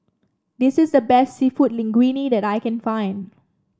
this is the best seafood Linguine that I can find